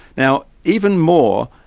now even more,